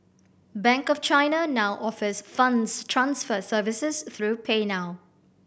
bank of China now offers funds transfer services through PayNow